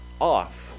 off